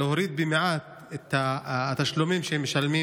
להוריד במעט את התשלומים שהם משלמים